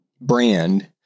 brand